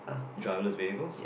driver less vehicles